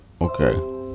okay